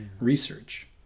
research